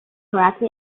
karate